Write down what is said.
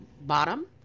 bottom